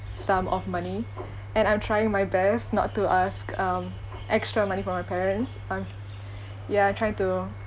sum of money and I'm trying my best not to ask um extra money from my parents um yeah I'm trying to